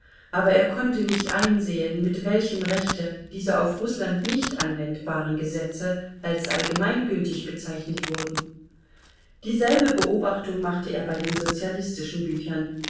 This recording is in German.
aber er konnte nicht einsehen mit welchem rechte diese auf rußland nicht anwendbaren gesetze als allgemeingültig bezeichnet wurden dieselbe beobachtung machte er bei den sozialistischen büchern